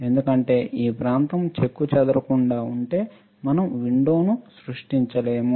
ఎందుకంటే ఈ ప్రాంతం చెక్కు చెదరకుండా ఉంటే మనం విండో సృష్టించలేము